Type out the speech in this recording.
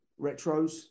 retros